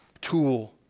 tool